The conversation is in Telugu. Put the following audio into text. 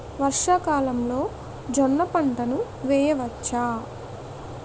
వర్షాకాలంలో జోన్న పంటను వేయవచ్చా?